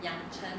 养成